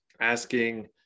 asking